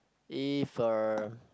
if uh